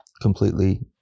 completely